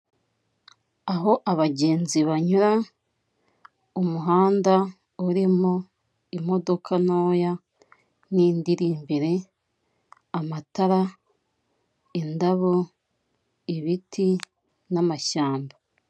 Aho abagenzi banyura, umuhanda urimo imodoka ntoya n'indi iri imbere, amatara indabo, ibiti n'amashyamba.